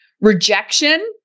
Rejection